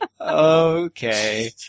okay